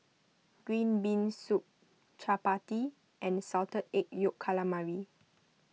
Green Bean Soup Chappati and Salted Egg Yolk Calamari